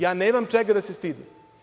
Ja nemam čega da se stidim.